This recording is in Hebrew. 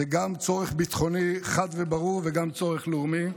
זה גם צורך ביטחוני חד וברור וגם צורך לאומי,